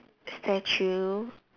statue